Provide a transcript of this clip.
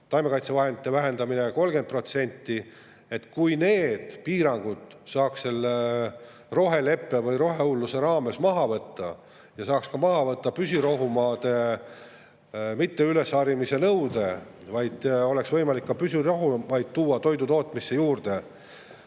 taimekaitsevahendite vähendamine 30%. Kui need piirangud saaks roheleppe või rohehulluse raames maha võtta ja saaks ka maha võtta püsirohumaade mitteülesharimise nõude – et oleks võimalik ka püsirohumaad [kasutada] toidu tootmise jaoks,